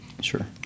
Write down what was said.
Sure